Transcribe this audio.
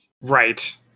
right